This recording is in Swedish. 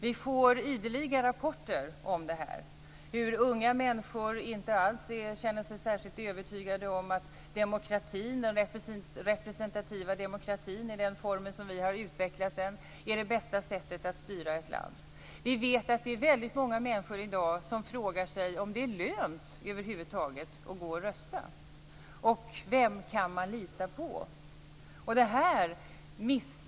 Vi får ideligen rapporter om hur unga människor inte alls känner sig särskilt övertygade om att den representativa demokratin i den form som vi har utvecklat den är det bästa sättet att styra ett land. Vi vet att väldigt många människor frågar sig i dag om det över huvud taget är lönt att gå och rösta och vem man kan lita på.